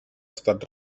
estat